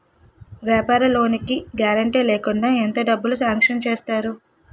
వ్యాపార లోన్ కి గారంటే లేకుండా ఎంత డబ్బులు సాంక్షన్ చేస్తారు?